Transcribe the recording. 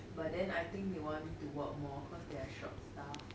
but then I think they want me to work more cause they're short staffed